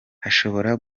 hashobora